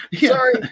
Sorry